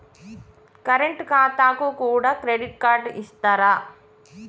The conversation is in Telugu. కరెంట్ ఖాతాకు కూడా క్రెడిట్ కార్డు ఇత్తరా?